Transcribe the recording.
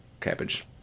Cabbage